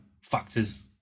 factors